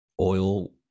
oil